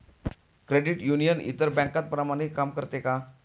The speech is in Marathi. क्रेडिट युनियन इतर बँकांप्रमाणे काम करते का?